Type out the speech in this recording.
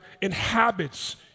inhabits